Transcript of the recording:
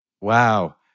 Wow